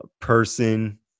person